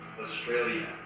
Australia